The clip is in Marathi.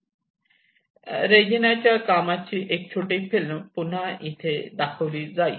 रेजिनाच्या कामाची एक छोटी फिल्म पुन्हा येथे दाखवली जाईल